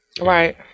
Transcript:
Right